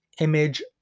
image